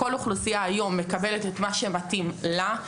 כל אוכלוסייה היום מקבלת את מה שמתאים לה.